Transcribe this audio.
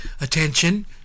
attention